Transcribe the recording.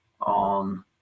on